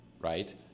right